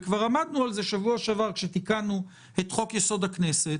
כבר עמדנו על זה בשבוע שעבר כאשר תיקנו את חוק-יסוד: הכנסת,